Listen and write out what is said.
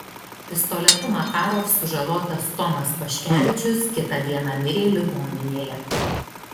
pistoletu makarov sužalotas tomas paškevičius kitą dieną mirė ligoninėje